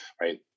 right